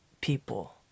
people